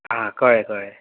आ कळें कळें